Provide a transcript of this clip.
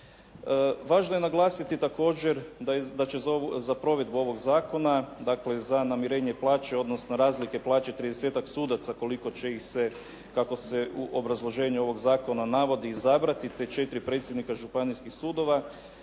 Važno je naglasiti također da će za provedbu ovog zakona dakle za namirenje plaće odnosno razlike plaće tridesetak sudaca koliko će ih se kako se u obrazloženju ovog zakona navodi izabrati te 4 predsjednika županijskih sudova,